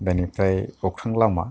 बेनिफ्राय अख्रां लामा